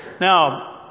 Now